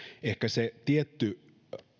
ehkä se tietty